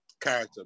character